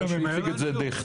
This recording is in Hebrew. כמו שהציג את זה דיכטר,